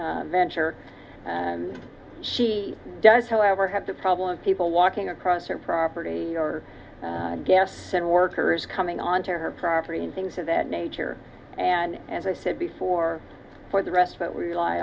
venture she does however have the problem of people walking across her property or gas and workers coming on to her property and things of that nature and as i said before for the rest but we rely